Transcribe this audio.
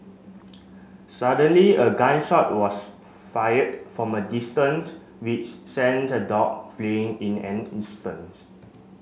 suddenly a gun shot was fired from a distance which sent the dog fleeing in an instants